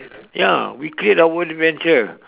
ya we create our own adventure